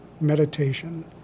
meditation